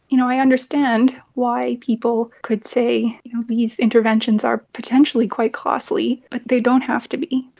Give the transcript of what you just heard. you know, i understand why people could say these interventions are potentially quite costly, but they don't have to be.